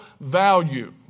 value